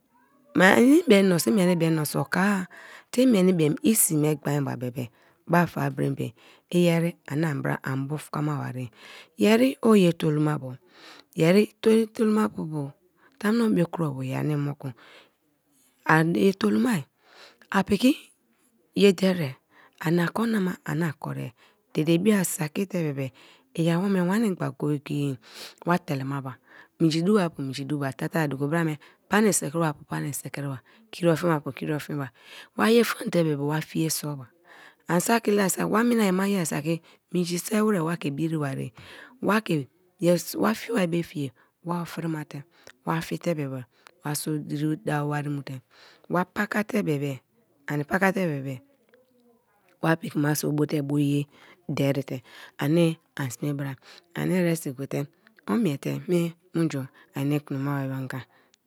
i be menso, i meni be menso oko-a te i beem i sii me gbain ba be be bafa be ren be i yeri ani anbraan bufakama barie. Yeri o ye tolomaba, yeri ye tolomapubu tamuno be kro bie yer ani mokie a ye toloma a piki ye deriar ama korinama ani koria. Dede bio a saki te bebe i awome wani gba go-go-ye we telemaba, minji duba-pu minji dupa, ta tari a duko bra me, pani sikri ma-apu pani sikri ba, kiri ofin ba-apu kiri ofin-ba, wa ye fante bebe wa fie so ba an saki la saki wa mina ma ye saki minji se warar wa ke biri bae, wa ke yeswa fie ba be fie ye wa ofirimate wa fie te bebe wa so diri dawo wari mu te, wa baka te bebe, ani pakate bebe wa piki ma so bote bo ye derite ani an sme bra, ani eresi gote o miete mie minju an ne kunoma ba anga.